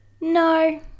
No